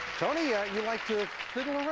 tony, yeah you like to fiddle